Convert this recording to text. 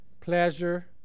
pleasure